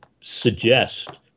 suggest